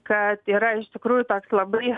kad yra iš tikrųjų labai